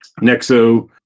nexo